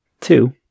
Two